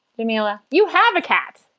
dumela, you have a cat.